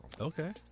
Okay